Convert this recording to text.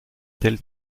telle